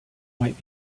might